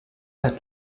hat